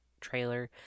trailer